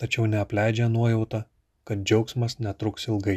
tačiau neapleidžia nuojauta kad džiaugsmas netruks ilgai